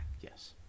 Yes